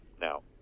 Now